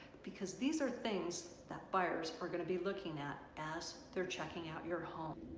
because these are things that buyers are going to be looking at as they're checking out your home.